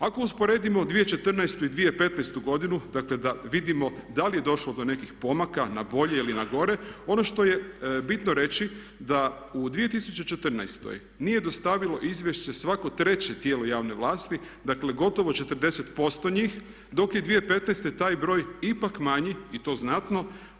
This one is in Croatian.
Ako usporedimo 2014. i 2015. godinu, dakle da vidimo da li je došlo do nekih pomaka na bolje ili na gore, ono što je bitno reći da u 2014. nije dostavilo izvješće svako 3 tijelo javne vlasti, dakle gotovo 40% njih dok je 2015. taj broj ipak manji, i to znatno.